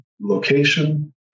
location